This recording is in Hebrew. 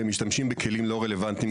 והם משתמשים בכלים לא רלוונטיים.